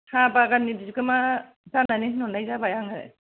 साहा बागाननि बिगोमा जानानै होनहरनाय जाबाय आङो